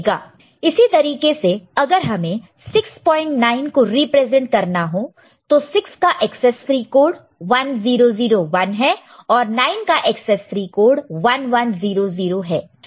इसी तरीके से अगर हमें 69 को रिप्रेजेंट करना हो तो 6 का एकसेस 3 कोड 1001 है और 9 का एकसेस 3 कोड 1100 है